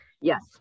Yes